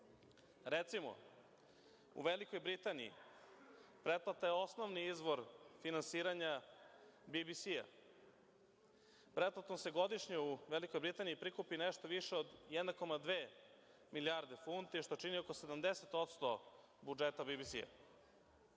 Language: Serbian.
društva. Recimo, u Velikoj Britaniji pretplata je osnovni izvor finansiranja BBC-a, pretplatom se godišnje, u Velikoj Britaniji prikupi nešto više od 1,2 milijarde funti, što čini oko 70% budžeta BBC-a.